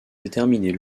déterminer